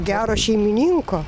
gero šeimininko